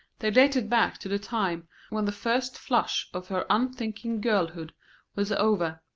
they dated back to the time when the first flush of her unthinking girlhood was over,